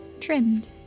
trimmed